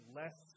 less